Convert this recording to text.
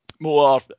more